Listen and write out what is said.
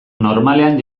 normalean